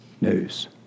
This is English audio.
news